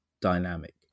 dynamic